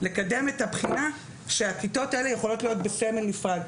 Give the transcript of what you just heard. את הבחינה שהכיתות האלו יהיו בסמל נפרד.